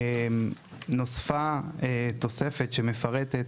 נוספה תוספת שמפרטת